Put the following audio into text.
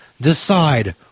Decide